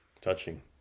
touching